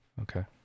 Okay